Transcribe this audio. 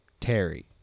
Terry